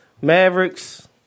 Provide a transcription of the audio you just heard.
Mavericks